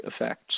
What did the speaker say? effects